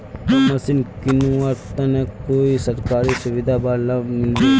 Pump machine किनवार तने कोई सरकारी सुविधा बा लव मिल्बी?